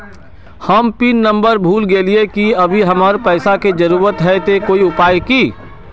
हम pin number भूल गेलिये लेकिन अभी हमरा पैसा के जरुरत है ते कोई उपाय है की?